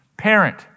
parent